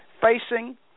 facing